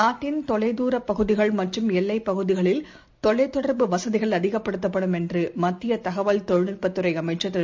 நாட்டின் தொலைதூரபகுதிகள் மற்றும் எல்லைப் பகுதிகளில் தொலைத்தொடர்பு வசதிகள் அதிகப்படுத்தப்படும் என்றுமத்தியதகவல் தொழில்நுட்பஅமைச்சர் திரு